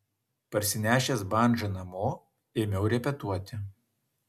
parsinešęs bandžą namo ėmiau repetuoti